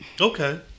Okay